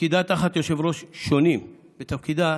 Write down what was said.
בתפקידה